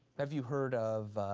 have you heard of,